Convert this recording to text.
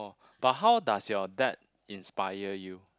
but how does your dad inspire you